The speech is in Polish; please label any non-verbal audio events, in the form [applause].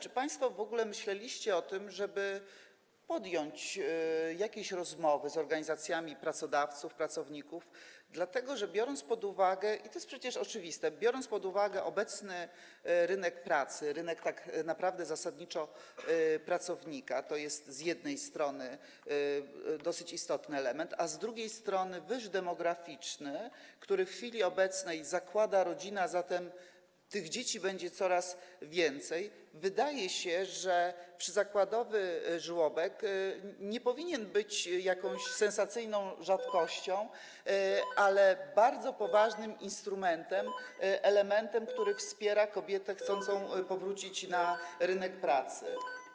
Czy państwo w ogóle myśleliście o tym, żeby podjąć jakieś rozmowy z organizacjami pracodawców, pracowników, dlatego że biorąc pod uwagę, to jest przecież oczywiste, obecny rynek pracy - rynek tak naprawdę, zasadniczo pracownika, to z jednej strony jest dosyć istotny element, a z drugiej strony, wyż demograficzny, który w chwili obecnej zakłada rodziny, a zatem tych dzieci będzie coraz więcej - wydaje się, że przyzakładowy żłobek nie powinien być jakąś [noise] sensacyjną rzadkością, ale bardzo poważnym instrumentem, elementem wspierającym kobietę chcącą powrócić na rynek pracy.